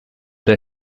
der